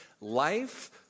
life